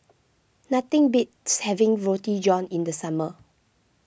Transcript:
nothing beats having Roti John in the summer